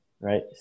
right